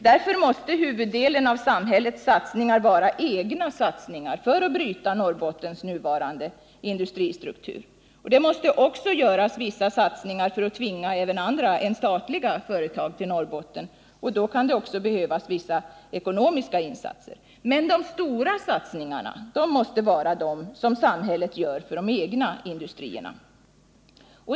Därför måste huvuddelen av samhällets satsningar vara egna satsningar för att bryta Norrbottens nuvarande industristruktur. Det måste också göras vissa satsningar för att tvinga även andra än statliga företag till Norrbotten, och då kan det också behövas vissa ekonomiska insatser. Men de stora satsningarna måste vara de som samhället gör för egna industrier.